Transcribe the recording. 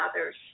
others